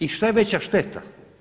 I šta je veća šteta?